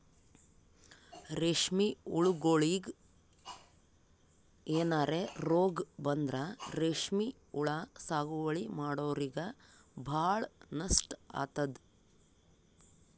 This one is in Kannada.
ರೇಶ್ಮಿ ಹುಳಗೋಳಿಗ್ ಏನರೆ ರೋಗ್ ಬಂದ್ರ ರೇಶ್ಮಿ ಹುಳ ಸಾಗುವಳಿ ಮಾಡೋರಿಗ ಭಾಳ್ ನಷ್ಟ್ ಆತದ್